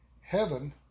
Heaven